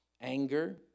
anger